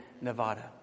Nevada